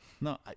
No